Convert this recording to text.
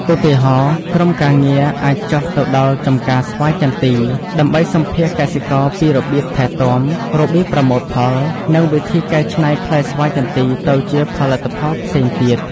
ឧទាហរណ៍ ក្រុមការងារអាចចុះទៅដល់ចម្ការស្វាយចន្ទីដើម្បីសម្ភាសន៍កសិករពីរបៀបថែទាំ របៀបប្រមូលផល និងវិធីកែច្នៃផ្លែស្វាយចន្ទីទៅជាផលិតផលផ្សេងទៀត។